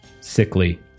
Sickly